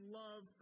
love